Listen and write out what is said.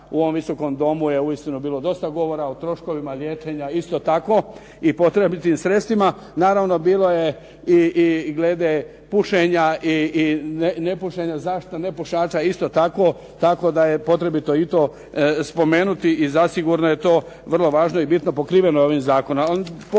u ovom Visokom domu je uistinu bilo dosta govora, o troškovima liječenja isto tako i potrebitim sredstvima. Naravno bilo je i glede pušenja i nepušenja, zaštite nepušača isto tako. Tako da je potrebito i to spomenuti i zasigurno je to vrlo važno i bitno pokriveno ovim zakonom.